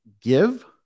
give